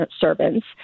servants